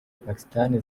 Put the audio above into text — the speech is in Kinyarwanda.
pakistan